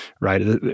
right